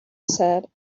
said